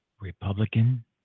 Republican